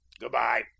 Goodbye